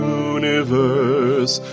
universe